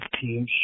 team